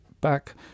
back